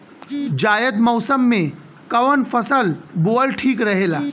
जायद मौसम में कउन फसल बोअल ठीक रहेला?